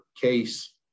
case